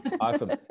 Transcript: awesome